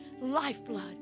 lifeblood